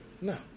No